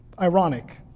ironic